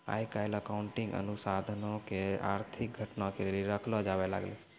आइ काल्हि अकाउंटिंग अनुसन्धानो के आर्थिक घटना के लेली रखलो जाबै लागलै